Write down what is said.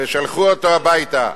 ושלחו אותו הביתה.